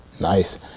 Nice